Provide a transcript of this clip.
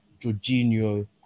Jorginho